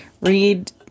Read